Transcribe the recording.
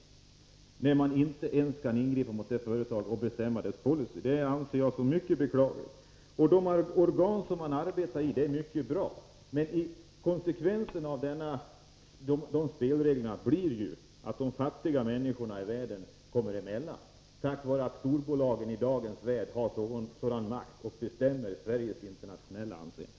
Jag anser det mycket beklagligt att man inte ens kan ingripa mot det företaget och bestämma dess policy. De organ som man arbetar i är mycket bra. Men konsekvensen av spelreglerna blir att de fattiga människorna i världen kommer att få sitta emellan på grund av att storbolagen i dagens värld har sådan makt och bestämmer Sveriges internationella anseende.